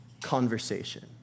conversation